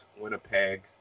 Winnipeg